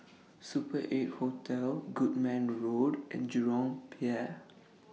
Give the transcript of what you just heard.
Super eight Hotel Goodman Road and Jurong Pier